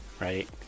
right